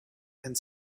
and